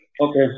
Okay